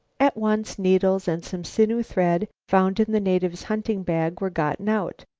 at once needles and some sinew thread found in the native's hunting bag were gotten out,